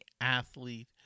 athlete